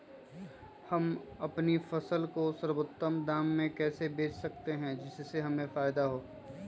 हम अपनी फसल को सर्वोत्तम दाम में कैसे बेच सकते हैं जिससे हमें फायदा हो?